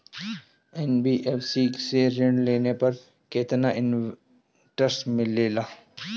NBFC से ऋण लेने पर केतना इंटरेस्ट मिलेला?